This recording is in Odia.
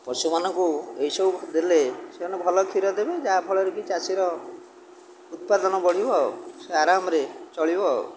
ପଶୁମାନଙ୍କୁ ଏଇସବୁ ଦେଲେ ସେମାନେ ଭଲ କ୍ଷୀର ଦେବେ ଯାହାଫଳରେ କିି ଚାଷୀର ଉତ୍ପାଦନ ବଢ଼ିବ ଆଉ ସେ ଆରାମରେ ଚଳିବ ଆଉ